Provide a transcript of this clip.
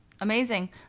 amazing